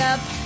up